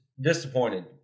disappointed